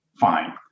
Fine